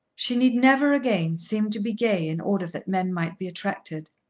she need never again seem to be gay in order that men might be attracted.